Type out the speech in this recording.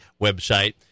website